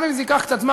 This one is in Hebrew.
גם אם זה ייקח קצת זמן,